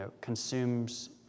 consumes